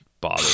bother